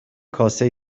کاسه